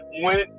went